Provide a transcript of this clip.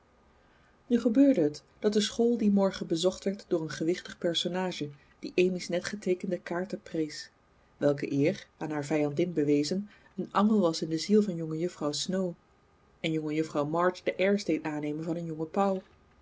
nu gebeurde het dat de school dien morgen bezocht werd door een gewichtig personage die amy's net geteekende kaarten prees welke eer aan haar vijandin bewezen een angel was in de ziel van jongejuffrouw snow en jongejuffrouw march de airs deed aannemen van een jonge pauw